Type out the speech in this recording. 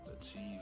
achieve